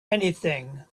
anything